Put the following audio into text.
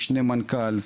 משנה מנכ"ל,